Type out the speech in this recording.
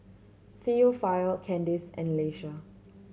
Theophile Candice and Leisa